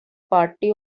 party